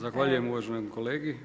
Zahvaljujem uvaženom kolegi.